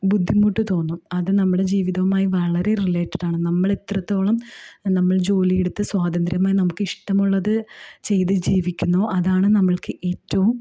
ബുദ്ധിമുട്ട് തോന്നും അത് നമ്മുടെ ജീവിതവുമായി വളരെ റിലേറ്റഡാണ് നമ്മൾ എത്രത്തോളം നമ്മൾ ജോലിയെടുത്ത് സ്വാതന്ത്ര്യമായി നമുക്ക് ഇഷ്ടമുള്ളത് ചെയ്ത് ജീവിക്കുന്നോ അതാണ് നമ്മൾക്ക് ഏറ്റവും